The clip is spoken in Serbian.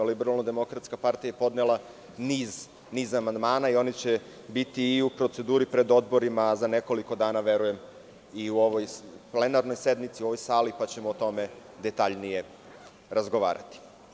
Liberalno-demokratska partija je podnela niz amandmana i oni će biti i u proceduri pred odborima, a za nekoliko dana verujem i u ovoj plenarnoj sednici, u ovoj sali, pa ćemo o tome detaljnije razgovarati.